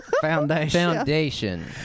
foundation